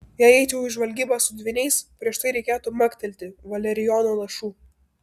jei eičiau į žvalgybą su dvyniais prieš tai reikėtų maktelti valerijono lašų